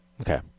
Okay